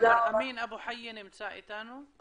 אמין אבו חייה נמצא איתנו?